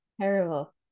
Terrible